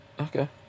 okay